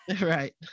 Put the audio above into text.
right